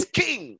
king